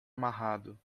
amarrado